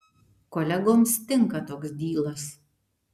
kolegoms tinka toks dylas